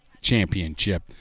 championship